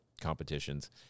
competitions